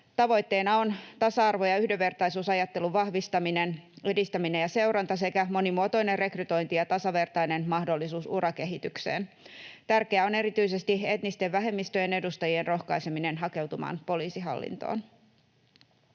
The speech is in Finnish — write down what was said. Tavoitteena on tasa-arvo- ja yhdenvertaisuusajattelun vahvistaminen, edistäminen ja seuranta sekä monimuotoinen rekrytointi ja tasavertainen mahdollisuus urakehitykseen. Tärkeää on erityisesti etnisten vähemmistöjen edustajien rohkaiseminen hakeutumaan poliisihallintoon.